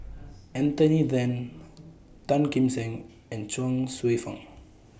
Anthony Then Tan Kim Seng and Chuang Hsueh Fang